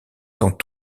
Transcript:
sont